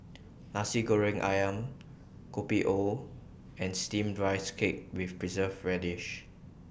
Nasi Goreng Ayam Kopi O and Steamed Rice Cake with Preserved Radish